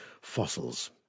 Fossils